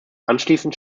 anschließend